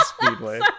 Speedway